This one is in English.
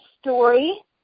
story